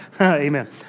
Amen